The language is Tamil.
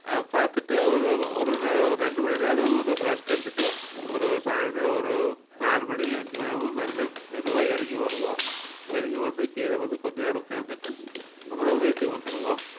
பார்த்துட்டு ஒரு ஒரு ர ரெண்டு மணி நேரம் கொஞ்சம் ரெஸ்ட் எடுத்துகிட்டு ஒரு சாய்ந்திரோம் ஒரு நாலு மணி அஞ்சு மணியாவும் மெல்ல மெதுவாக இறங்கி வருவோம் இறங்கி வந்து கீழே வந்து கொஞ்ச நேரம் உட்காந்துட்டு அப்புறோம் வீட்டுக்கு வந்துருவோம்